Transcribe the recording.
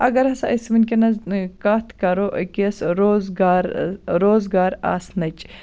اَگَر ہَسا أسۍ وُِنکیٚنَس کتھ کَرو أکِس روزگار روزگار آسنٕچ